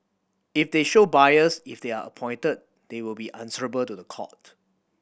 if they show bias if they are appointed they will be answerable to the court